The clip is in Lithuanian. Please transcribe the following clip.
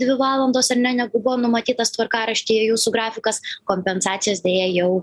dvi valandos ar ne negu buvo numatytas tvarkaraštyje jūsų grafikas kompensacijos deja jau